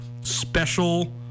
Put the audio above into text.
special